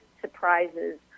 surprises